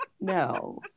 No